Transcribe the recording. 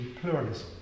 pluralism